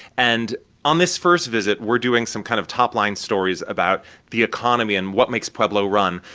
and on this first visit, we're doing some kind of top-line stories about the economy and what makes pueblo run.